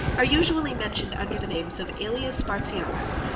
are usually mentioned under the names of aelius spartianus,